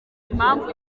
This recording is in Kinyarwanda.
impamvu